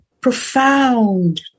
profound